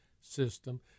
system